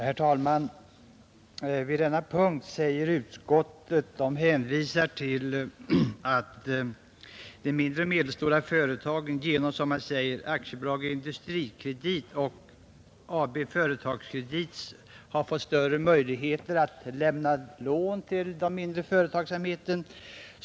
Herr talman! I denna punkt hänvisar utskottet till att de mindre och medelstora företagen genom Aktiebolaget Industrikredit och Aktiebolaget Företagskredit har fått större möjligheter att lämna lån till den mindre företagsamheten.